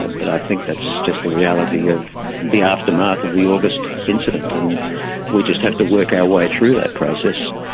ah but i think that's just the reality of the aftermath of the august incident. and we just have to work our way through that process.